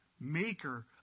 maker